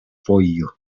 fojo